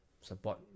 support